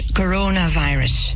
coronavirus